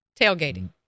tailgating